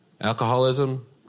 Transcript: alcoholism